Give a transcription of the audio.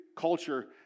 Culture